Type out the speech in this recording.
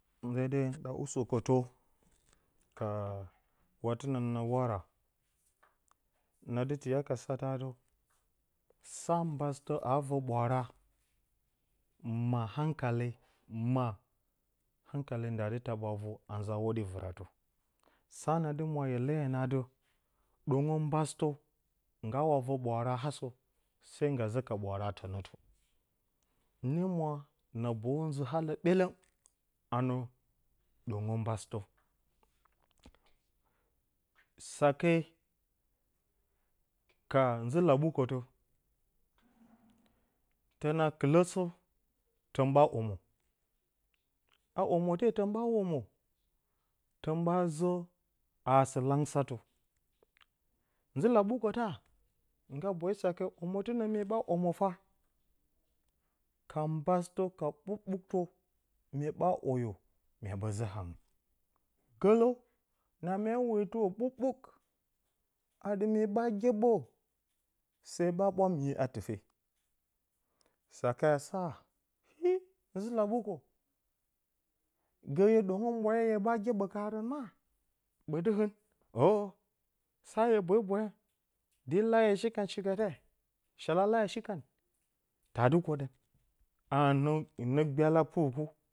Ome de hɨn ɗa usǝkǝtǝ ka watɨnǝ na wara na dɨ tiya ka satǝ atɨ sa mbasɨtǝ aa vǝ ɓwaara, ma hankale maddǝ hankale aa taɓa vu a nzaa hwoɗi vɨratǝ. sa na dɨ mwa hye leyǝ nǝ atɨ ɗongǝ mbasɨtǝ nggaawa vǝ ɓwaara asǝ se ngga zǝka ɓwaara tǝnǝtǝ hɨn mwa na boyu nzǝ alǝ byelǝn anǝ ɗongǝ mbasɨtǝ, sake ka nzɨlaɓukǝtǝ tǝna kɨlǝsǝ ɓa omo, a omote tǝn ɓa omo tǝn ɓa zǝ haa sɨlangsǝtǝ, nzɨlalbukǝta ngga boyo sake omotɨnǝ mye ɓa omo fa, ka mbasɨtǝ a ɓuk-ɓuktǝ mye ɓa woyo mya ɓǝ zǝ hangɨn gǝlǝ na mya wetɨrǝ ɓuk-ɓuk atɨ mye ɓa gyeɓǝrǝ, se ɓa ɓwa miye a tɨfe. Sake a sa hi nzɨlaɓukǝ gǝ hye ɗongǝ bwaye hye ɓa gyeɓǝ kaarǝn ma ɓǝtɨ hɨn? Eʻǝ sa hye bwe bweya di la hye shikan shitǝ te shalala hye shikan taa dɨ koɗǝn a hɨnǝ gbyala pɨrgu